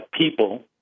people